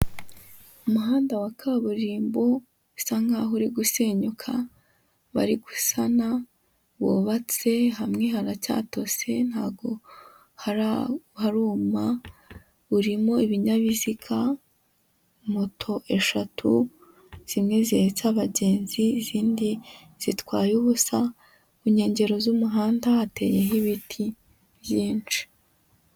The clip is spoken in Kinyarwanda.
Umuhanda wa kaburimbo usa nkaho uri gusenyuka bari gusana wubatse hamwe haracyatoseye ntabwo haruma urimo ibinyabiziga moto eshatu, zimwe zihetse abagenzi, izindi zitwaye ubusa, ku nkengero z'umuhanda hateyeho ibiti byinshi.